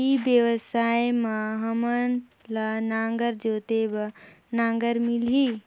ई व्यवसाय मां हामन ला नागर जोते बार नागर मिलही?